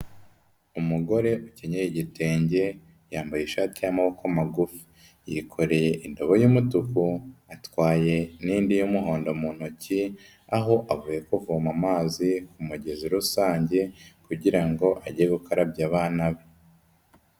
Umugore ukenyeye igitenge, yambaye ishati y'amaboko magufi. Yikoreye indobo y'umutuku, atwaye n'indi y'umuhondo mu ntoki, aho avuye kuvoma amazi ku mugezi rusange kugira ngo ajye gukarabya abana be.